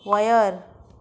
वयर